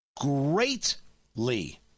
greatly